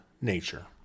nature